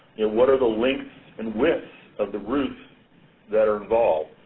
what are the lengths and widths of the roof that are involved?